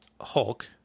Hulk